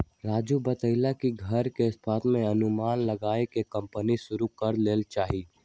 राजू बतलकई कि घर संपत्ति के अनुमान लगाईये के कम्पनी शुरू करे के चाहि